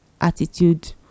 attitude